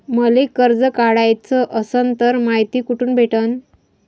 मले कर्ज काढाच असनं तर मायती कुठ भेटनं?